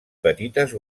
petites